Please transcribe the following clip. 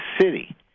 city